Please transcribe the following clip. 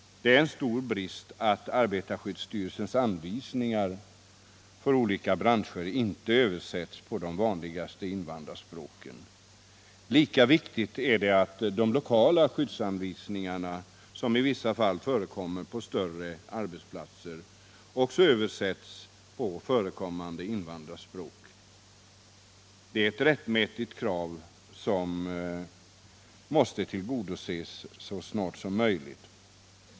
Det är en stor brist att arbetarskyddsstyrelsens anvisningar för olika branscher inte översätts till de vanligaste invandrarspråken. Lika viktigt är det att lokala skyddsanvisningar, som i vissa fall förekommer på större arbetsplatser, översätts till förekommande invandrarspråk. Det är ett rättmätigt krav som måste tillgodoses så snart som möjligt.